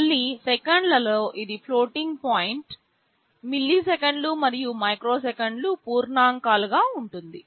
మళ్ళీ సెకన్లలో ఇది ఫ్లోటింగ్ పాయింట్ మిల్లీసెకన్లు మరియు మైక్రోసెకన్లు పూర్ణాంకాలుగా ఉంటుంది